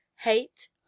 hate